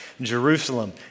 Jerusalem